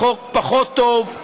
החוק פחות טוב,